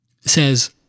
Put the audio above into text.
Says